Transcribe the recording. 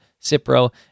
Cipro